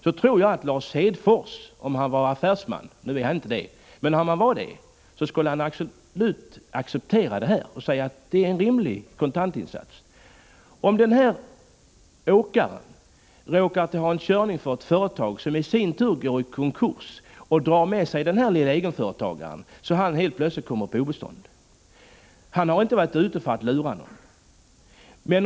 Då tror jag att Lars Hedfors, om han hade varit affärsman — nu är han inte det — skulle acceptera detta och säga att det är en rimlig kontantinsats. Den här åkaren råkar ha en körning för ett företag som i sin tur går i konkurs och drar med sig den lille egenföretagaren, så att han helt plötsligt kommer på obestånd. Han har inte varit ute för att lura någon.